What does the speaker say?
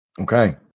Okay